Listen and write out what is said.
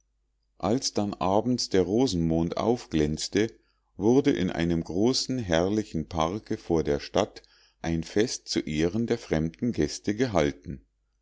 als dann abends der rosenmond aufglänzte wurde in einem großen herrlichen parke vor der stadt ein fest zu ehren der fremden gäste gehalten